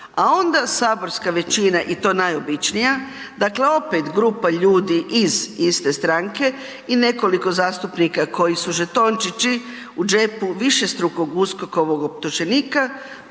a onda saborska većina i to najobičnija, dakle opet grupa ljudi iz iste stranke i nekoliko zastupnika koji su žetončići u džepu višestrukog USKOK-ovog optuženika,